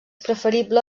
preferible